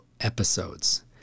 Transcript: episodes